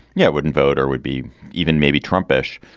yeah, wouldn't vote or would be even maybe trump ish.